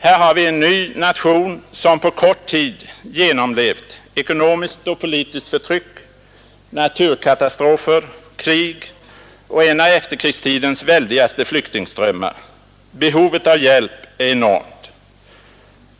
Här har vi en ny nation, som på kort tid genomlevt ekonomiskt och politiskt förtryck, naturkatastrofer, krig och en av efterkrigstidens väldigaste flyktingströmmar. Behovet av hjälp är enormt.